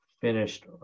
finished